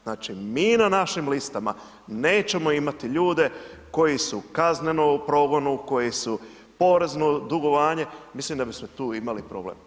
Znači mi na našim listama nećemo imati ljude koji su u kaznenom progonu, koji su porezno dugovanje, mislim da bismo tu imali problem.